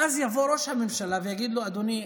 ואז יבוא ראש הממשלה, ויגיד לו: אדוני,